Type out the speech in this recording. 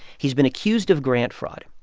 he's been accused of grant fraud.